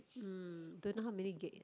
hmm don't know how may gig eh